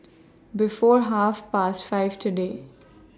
before Half Past five today